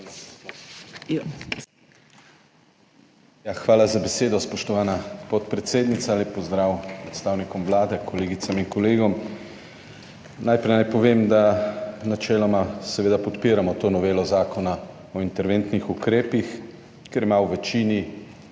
Hvala za besedo, spoštovana podpredsednica. Lep pozdrav predstavnikom Vlade, kolegicam in kolegom! Najprej naj povem, da načeloma seveda podpiramo to novelo Zakona o interventnih ukrepih, ker ima v večini